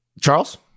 Charles